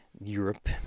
Europe